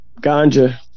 ganja